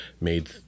made